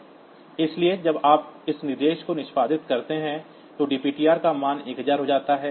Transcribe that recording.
इसलिए जब आप इस निर्देश को निष्पादित करते हैं तो डपटर का मान 1000 हो जाता है